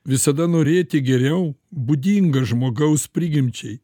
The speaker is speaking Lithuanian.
visada norėti geriau būdinga žmogaus prigimčiai